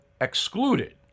excluded